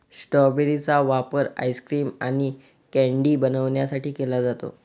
strawberry चा वापर ice cream आणि कँडी बनवण्यासाठी केला जातो